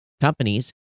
companies